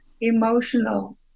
emotional